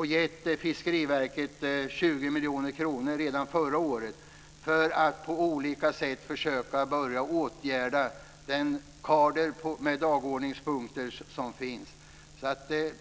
miljoner kronor till Fiskeriverket redan förra året för att Fiskeriverket på olika sätt skulle försöka att åtgärda den kader av dagordningspunkter som finns.